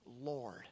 Lord